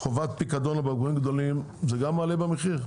חובת פיקדון של בקבוקים גדולים, זה גם מעלה במחיר?